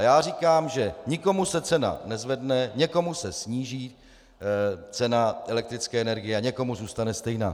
Já říkám, že nikomu se cena nezvedne, někomu se sníží cena elektrické energie a někomu zůstane stejná.